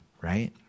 right